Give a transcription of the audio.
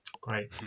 Great